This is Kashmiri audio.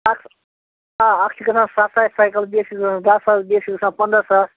اَکھ آ اَکھ چھِ گژھان سَتھ ساس سایکَل بیٚیہِ چھِ گژھان دَہ ساس بیٚیہِ چھِ گژھان پنٛداہ ساس